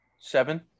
seven